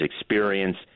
experience